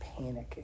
panicking